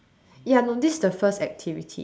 ya no this is the first activity